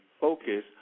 focus